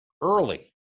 early